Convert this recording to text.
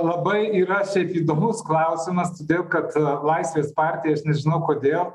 labai yra šiaip įdomus klausimas todėl kad laisvės partija aš nežinau kodėl